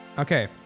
Okay